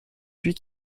puis